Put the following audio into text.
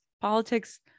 politics